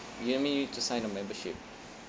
you need to sign a membership